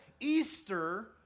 Easter